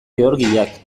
georgiak